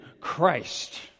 Christ